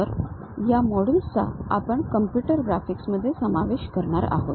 तर या मोड्यूल्स चा आपण कॉम्प्युटर ग्राफिक्स मध्ये समावेश करणार आहोत